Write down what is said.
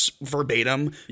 verbatim